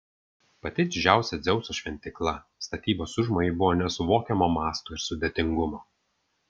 pati didžiausia dzeuso šventykla statybos užmojai buvo nesuvokiamo masto ir sudėtingumo